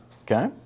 Okay